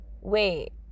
wait